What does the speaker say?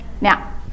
now